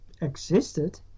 existed